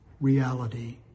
reality